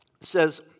says